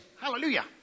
Hallelujah